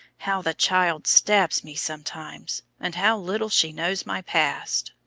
how the child stabs me sometimes, and how little she knows my past!